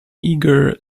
igor